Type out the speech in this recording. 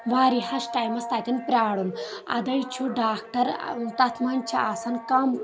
واریاہس ٹایمس تتٮ۪ن پرٛارُن ادٕے چھُ ڈاکٹر تتھ منٛز چھ آسان کم